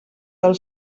del